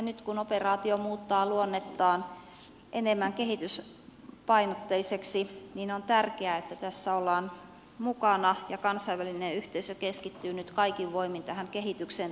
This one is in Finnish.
nyt kun operaatio muuttaa luonnettaan enemmän kehityspainotteiseksi on tärkeää että tässä ollaan mukana ja kansainvälinen yhteisö keskittyy nyt kaikin voimin tähän kehityksen tukemiseen